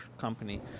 company